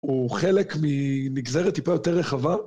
הוא חלק מנגזרת טיפה יותר רחבה.